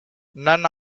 none